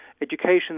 education